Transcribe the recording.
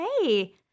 hey